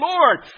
Lord